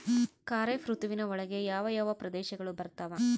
ಖಾರೇಫ್ ಋತುವಿನ ಒಳಗೆ ಯಾವ ಯಾವ ಪ್ರದೇಶಗಳು ಬರ್ತಾವ?